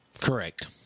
Correct